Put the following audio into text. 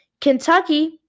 Kentucky